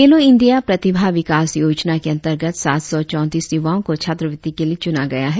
खेलों इंडिया प्रतिभा विकास योजना के अंतर्गत सात सौ चौतींस युवाओं को छात्रवृत्ति के लिए चुना गया है